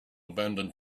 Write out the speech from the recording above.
abandoned